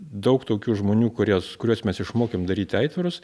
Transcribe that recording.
daug tokių žmonių kurias kuriuos mes išmokėm daryti aitvarus